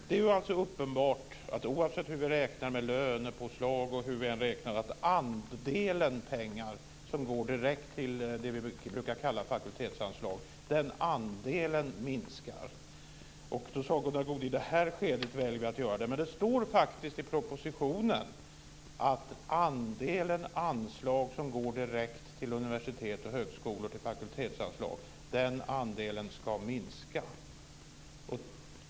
Det är alltså uppenbart att oavsett hur vi räknar med lönespåslag minskar andelen pengar som går direkt till det vi brukar kallar fakultetsanslag. Då sade Gunnar Goude att de i det här skedet väljer att göra så. Men det står faktiskt i propositionen att andelen anslag som går direkt till universitet och högskolor i fakultetsanslag ska minska.